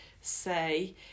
say